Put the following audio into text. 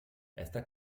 está